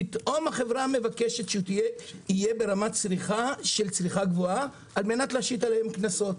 פתאום החברה מבקשת שיהיה ברמת צריכה גבוהה על מנת להשית עליהם קנסות.